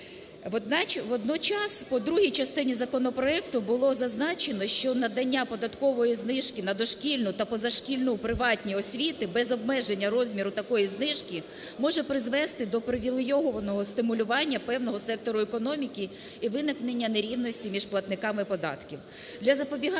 Водночас по другій частині законопроекту було зазначено, що надання податкової знижки на дошкільну та позашкільну приватні освіти, без обмеження розміру такої знижки, може призвести до привілейованого стимулювання певного сектору економіки і виникнення нерівності між платниками податків.